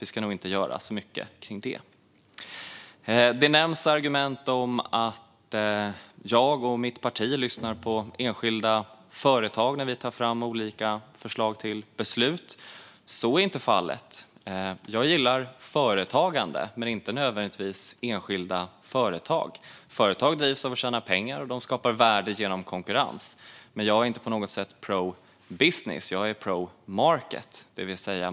Vi ska nog inte göra så mycket kring det." Vi hör argument om att jag och mitt parti lyssnar på enskilda företag när vi tar fram olika förslag till beslut. Så är inte fallet. Jag gillar företagande men inte nödvändigtvis enskilda företag. Företag drivs av att få tjäna pengar, och de skapar värde genom konkurrens. Men jag är inte på något sätt pro business, utan jag är pro market.